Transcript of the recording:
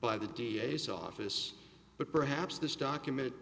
by the d a s office but perhaps this document